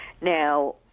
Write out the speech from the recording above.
Now